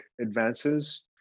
advances